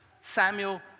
Samuel